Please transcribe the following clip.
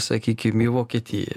sakykim į vokietiją